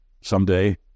Someday